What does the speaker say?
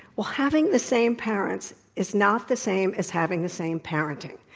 well, having the same parents is not the same as having the same parenting.